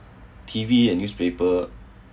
T_V and newspaper